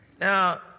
now